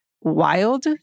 wild